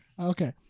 Okay